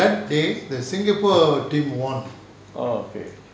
oh okay